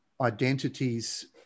identities